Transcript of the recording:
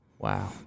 Wow